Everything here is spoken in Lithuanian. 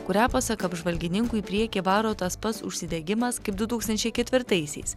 kurią pasak apžvalgininkų į priekį varo tas pats užsidegimas kaip du tūkstančiai ketvirtaisiais